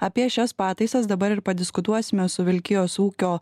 apie šias pataisas dabar ir padiskutuosime su vilkijos ūkio